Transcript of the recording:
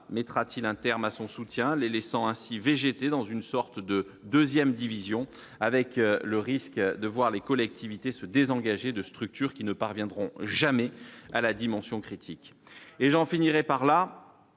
mettra-t-il un terme à son soutien, les laissant ainsi végéter dans une sorte de 2ème, division avec le risque de voir les collectivités se désengager de structures qui ne parviendront jamais à la dimension critique et j'en finirai par là